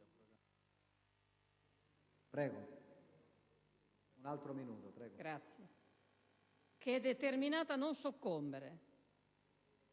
che non si arrende, che è determinata a non soccombere.